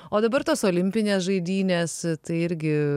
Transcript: o dabar tos olimpinės žaidynės tai irgi